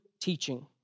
teaching